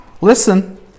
Listen